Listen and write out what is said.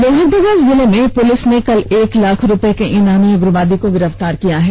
लोहरदगा जिले में पुलिस ने कल एक लाख रूपये के इनामी उग्रवादी को गिरफ्तार किया है